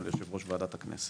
גם ליושב ראש וועדת הכנסת,